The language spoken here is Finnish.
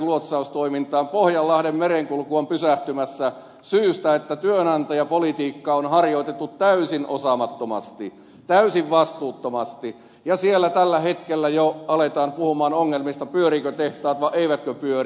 pohjanlahden merenkulku on pysähtymässä syystä että työnantajapolitiikkaa on harjoitettu täysin osaamattomasti täysin vastuuttomasti ja siellä tällä hetkellä jo aletaan puhua ongelmista pyörivätkö tehtaat vai eivätkö pyöri